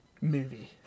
movie